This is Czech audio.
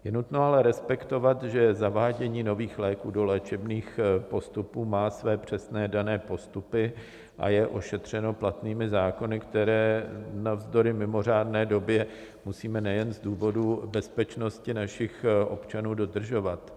Je nutno ale respektovat, že zavádění nových léků do léčebných postupů má své přesné dané postupy a je ošetřeno platnými zákony, které navzdory mimořádné době musíme nejen z důvodů bezpečnosti našich občanů dodržovat.